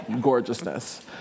gorgeousness